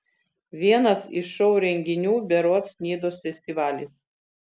vienas iš šou renginių berods nidos festivalis